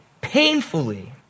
painfully